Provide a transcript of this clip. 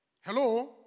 Hello